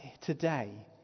today